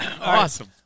Awesome